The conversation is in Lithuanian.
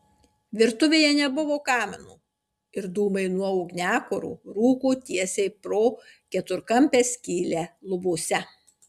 virtuvėje nebuvo kamino ir dūmai nuo ugniakuro rūko tiesiai pro keturkampę skylę lubose